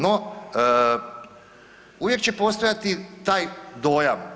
No, uvijek će postojati taj dojam.